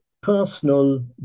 personal